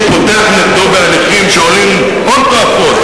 פותח נגדו בהליכים שעולים הון תועפות,